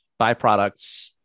byproducts